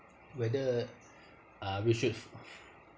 whether uh we should